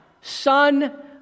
Son